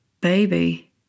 baby